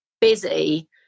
busy